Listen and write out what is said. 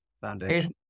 foundation